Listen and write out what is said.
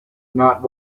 not